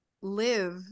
live